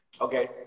Okay